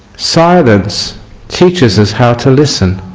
silence teaches us how to listen.